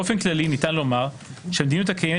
באופן כללי ניתן לומר שהמדיניות הקיימת